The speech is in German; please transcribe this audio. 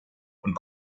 und